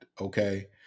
okay